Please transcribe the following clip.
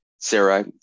Sarah